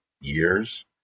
years